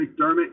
McDermott